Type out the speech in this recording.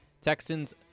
Texans